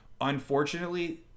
Unfortunately